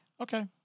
Okay